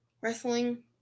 wrestling